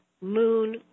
moon